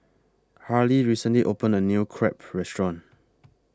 Harlie recently opened A New Crepe Restaurant